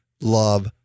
love